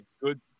good